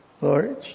Lord